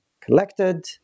collected